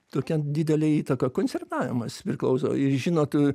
tokią didelę įtaką koncertavimas priklauso ir žinot